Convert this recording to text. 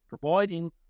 providing